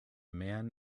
man